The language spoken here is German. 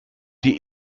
die